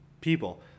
people